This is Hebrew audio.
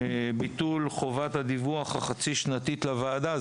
ביטול חובת הדיווח החצי-שנתית לוועדה,